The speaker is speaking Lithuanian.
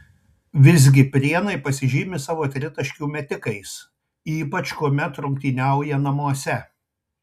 visgi prienai pasižymi savo tritaškių metikais ypač kuomet rungtyniauja namuose